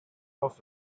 off